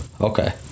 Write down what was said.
Okay